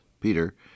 Peter